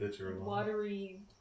watery